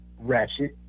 ratchet